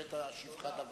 בהחלט אשיבך דבר.